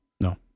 No